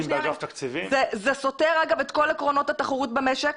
זה סותר את כל עקרונות התחרות במשק,